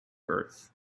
earth